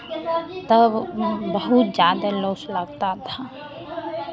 तब बहुत ज़्यादा लॉस लगता था